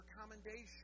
commendation